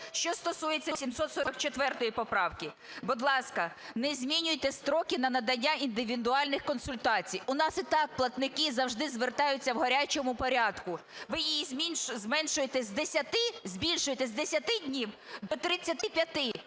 Що стосується 744 поправки. Будь ласка, не змінюйте строки на надання індивідуальних консультацій. У нас і так платники завжди звертаються в "гарячому" порядку. Ви її зменшуєте з 10… збільшуєте з 10 днів до 35.